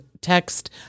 text